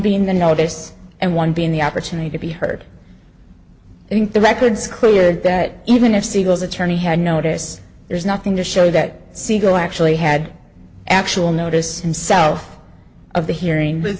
being the notice and one being the opportunity to be heard i think the records clear that even if siegel's attorney had notice there's nothing to show that siegel actually had actual notice himself of the hearing with